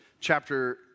chapter